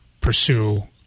pursue